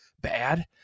bad